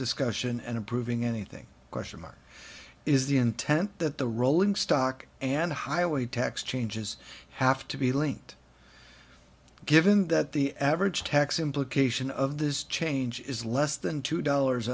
discussion and approving anything question mark is the intent that the rolling stock and highway tax changes have to be linked given that the average tax implication of this change is less than two dollars